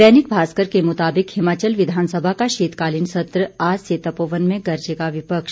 दैनिक भास्कर के मुताबिक हिमाचल विधानसभा का शीतकालीन सत्र आज से तपोवन में गरजेगा विपक्ष